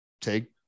take